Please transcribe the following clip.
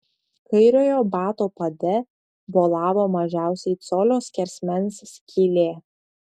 kairiojo bato pade bolavo mažiausiai colio skersmens skylė